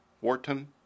Wharton